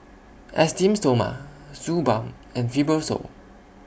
Esteem Stoma Suu Balm and Fibrosol